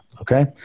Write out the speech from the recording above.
okay